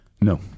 No